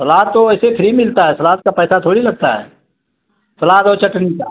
सलाद तो वैसे फ्री मिलता है सलाद का पैसा थोड़ी लगता है सलाद और चटनी का